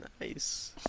nice